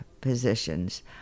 positions